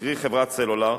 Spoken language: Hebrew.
קרי חברת סלולר,